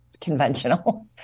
conventional